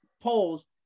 polls